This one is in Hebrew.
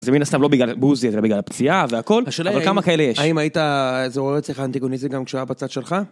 זה מן הסתם לא בגלל הבוזי, אלא בגלל הפציעה והכל, אבל כמה כאלה יש. השאלה האם זה מעורר אצלך אנטיגוניזם גם כשהיה בצד שלך?